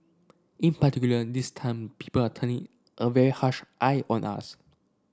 in particular this time people are turning a very harsh eye on us